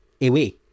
away